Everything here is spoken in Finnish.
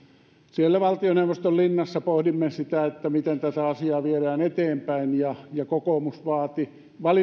siellä valtioneuvoston linnassa pohdimme sitä miten tätä asiaa viedään eteenpäin ja ja kokoomus vaati laajan